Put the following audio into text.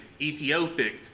Ethiopic